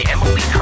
Emily